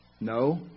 No